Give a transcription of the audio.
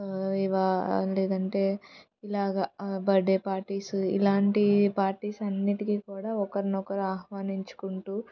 ఇవా లేదంటే ఇలాగ బర్త్ డే పార్టీసు ఇలాంటి పార్టీస్ అన్నిటికి కూడా ఒకరినొకరు ఆహ్వానించుకుంటూ